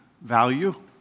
value